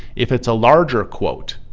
if it's a larger quote.